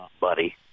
buddy